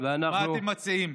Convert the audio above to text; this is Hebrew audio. מה אתם מציעים?